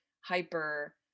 hyper